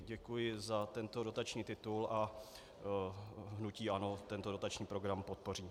Děkuji za tento dotační titul a hnutí ANO tento dotační program podpoří.